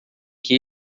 que